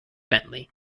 bentley